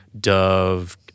dove